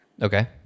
Okay